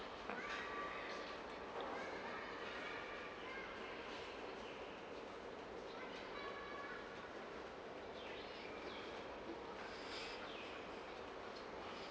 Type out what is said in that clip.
!huh!